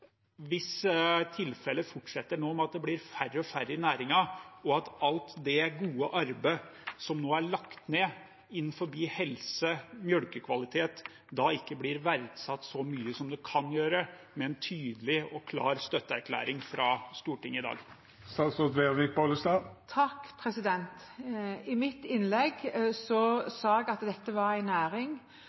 fortsetter som nå, med at det blir færre og færre i næringen, og at alt det gode arbeidet som er lagt ned innenfor helse og melkekvalitet, ikke blir verdsatt så mye som det kan bli, med en tydelig og klar støtteerklæring fra Stortinget i dag? I mitt innlegg sa jeg at dette er en næring